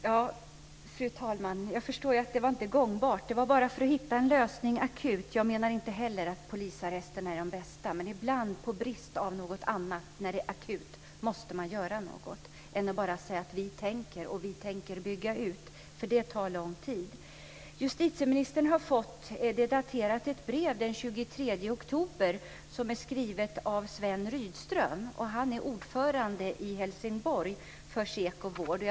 Fru talman! Jag förstår att det inte var gångbart. Det var bara för att hitta en akut lösning. Jag menar inte heller att polisarresterna är de bästa, men ibland måste man göra något när läget är akut. Man kan inte bara säga att vi tänker bygga ut. Det tar lång tid. Justitieministern har fått ett brev som är daterat den 23 oktober. Det är skrivet av Sven Rydström. Han är ordförande för SEKO Vård i Helsingborg.